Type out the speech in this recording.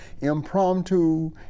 impromptu